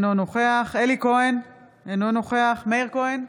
אינו נוכח אלי כהן, אינו נוכח מאיר כהן,